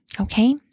Okay